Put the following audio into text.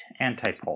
Antipole